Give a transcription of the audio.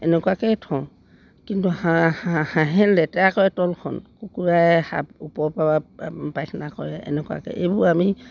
এনেকুৱাকৈয়ে থওঁ কিন্তু হাঁহ হাঁহে লেতেৰা কৰে তলখন কুকুৰাই সাপ ওপৰৰপৰা পায়খানা কৰে এনেকুৱাকৈ এইবোৰ আমি